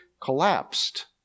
collapsed